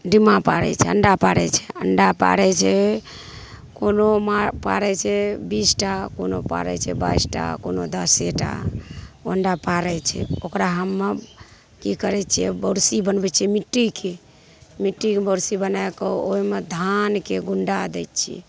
डिम्मा पारै छै अण्डा पारै छै अण्डा पारै छै कोनो मे पारै छै बीस टा कोनो पारै छै बाइस टा कोनो दसे टा अण्डा पारै छै ओकरा हम ने कि करै छिए बोरसी बनबै छिए मिट्टीके मिट्टीके बोरसी बनैके ओहिमे धानके गुन्डा दै छिए